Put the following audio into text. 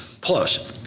plus